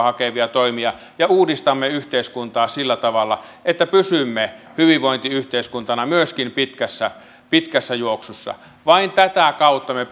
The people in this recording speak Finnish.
hakevia toimia ja uudistamme yhteiskuntaa sillä tavalla että pysymme hyvinvointiyhteiskuntana myöskin pitkässä pitkässä juoksussa vain tätä kautta me